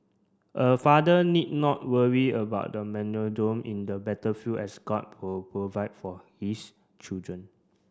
a father need not worry about the in the battlefield as God will provide for his children